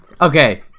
okay